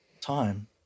time